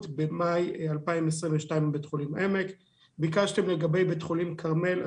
במאי 2022. ביקשתי לגבי בית חולים כרמל,